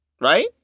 Right